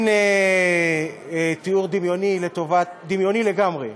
הנה תיאור דמיוני לגמרי,